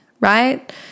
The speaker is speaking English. right